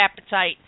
appetite